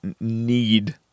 need